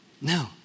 No